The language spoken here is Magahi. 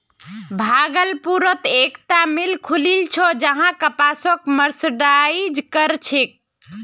भागलपुरत एकता मिल खुलील छ जहां कपासक मर्सराइज कर छेक